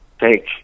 Take